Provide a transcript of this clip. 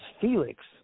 Felix